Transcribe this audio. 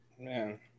Man